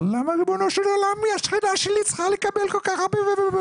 אבל למה ריבונו של עולם השכנה שלי צריכה לקבל כל כך הרבה?